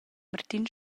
martin